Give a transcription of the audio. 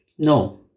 No